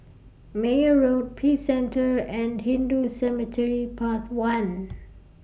Meyer Road Peace Centre and Hindu Cemetery Path one